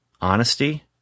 Honesty